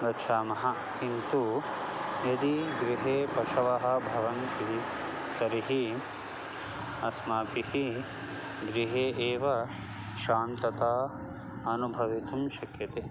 गच्छामः किन्तु यदि गृहे पशवः भवन्ति तर्हि अस्माभिः गृहे एव शान्तताम् अनुभवितुं शक्यते